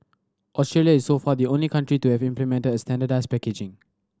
Australia is so far the only country to have implemented standardised packaging